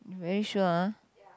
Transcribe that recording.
you very sure ah